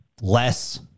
less